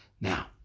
Now